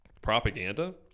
propaganda